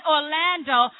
Orlando